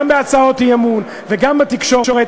גם בהצעות אי-אמון וגם בתקשורת,